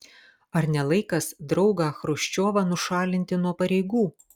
ar ne laikas draugą chruščiovą nušalinti nuo pareigų